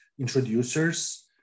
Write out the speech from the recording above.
introducers